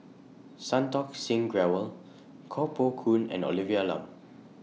Santokh Singh Grewal Koh Poh Koon and Olivia Lum